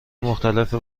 مختلف